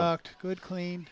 good clean